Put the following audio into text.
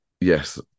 yes